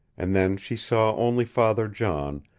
and then she saw only father john,